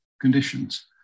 conditions